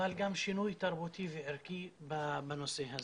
אבל גם שינוי תרבותי וערכי בנושא הזה.